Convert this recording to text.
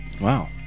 Wow